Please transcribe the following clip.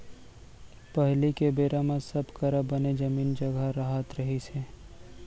पहिली के बेरा म सब करा बने जमीन जघा रहत रहिस हे